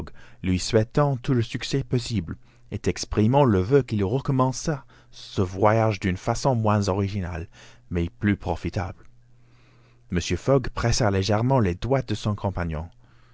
lui souhaitant tout le succès possible et exprimant le voeu qu'il recommençât ce voyage d'une façon moins originale mais plus profitable mr fogg pressa légèrement les doigts de son compagnon